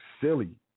silly